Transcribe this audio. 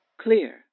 clear